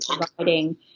providing